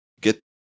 get